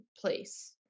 place